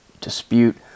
dispute